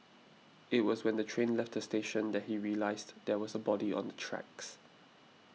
it was when the train left the station that he realised there was a body on the tracks